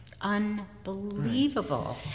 Unbelievable